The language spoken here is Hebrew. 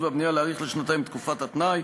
והבנייה להאריך לשנתיים את תקופת התנאי,